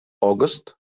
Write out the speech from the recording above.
August